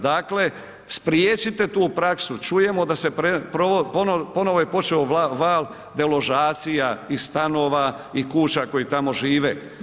Dakle, spriječite tu praksu, čujemo da se ponovno je počeo val deložacija iz stanova i kuća koji tamo žive.